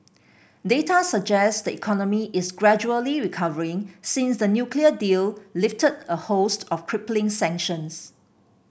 data suggest the economy is gradually recovering since the nuclear deal lifted a host of crippling sanctions